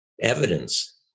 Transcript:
evidence